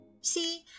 See